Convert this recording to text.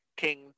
King